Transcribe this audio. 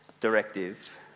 directive